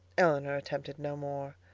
elinor attempted no more.